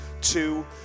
two